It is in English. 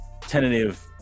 tentative